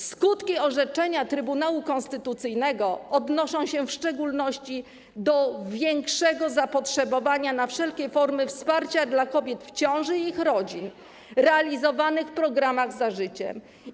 Skutki orzeczenia Trybunału Konstytucyjnego będą dotyczyły w szczególności większego zapotrzebowania na wszelkie formy wsparcia dla kobiet w ciąży i ich rodzin realizowane dzięki programowi „Za życiem”